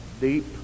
deep